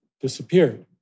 disappeared